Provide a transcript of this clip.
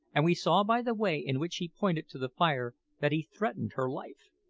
and we saw by the way in which he pointed to the fire that he threatened her life.